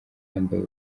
yambaye